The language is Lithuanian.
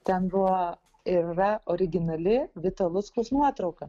ten buvo ir yra originali vito luckaus nuotrauka